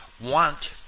want